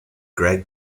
greg